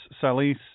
Salis